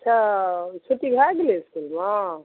अच्छा छुट्टी भए गेलै इसकुलमे